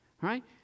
right